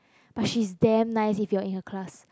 but she's damn nice if your in her class